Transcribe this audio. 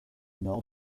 nord